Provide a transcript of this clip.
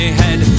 head